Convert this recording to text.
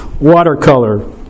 watercolor